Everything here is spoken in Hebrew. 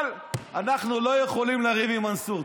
אבל אנחנו לא יכולים לריב עם מנסור.